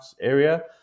area